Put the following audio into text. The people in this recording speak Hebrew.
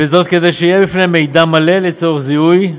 כדי שיהיה בפניהם מידע מלא לצורך זיהוי,